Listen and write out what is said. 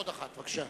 עוד אחת, בבקשה.